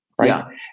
right